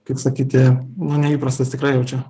kaip sakyti nu neįprastas tikrai jau čia